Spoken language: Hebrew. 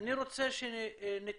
אני רוצה שנתמקד